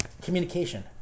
communication